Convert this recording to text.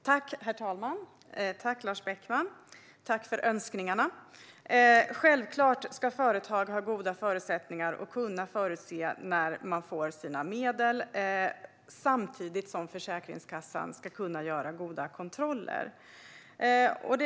Herr talman! Jag tackar Lars Beckman för julhälsningen. Givetvis ska företag ha goda förutsättningar och kunna förutse när de får sina medel. Samtidigt ska Försäkringskassan kunna göra goda kontroller.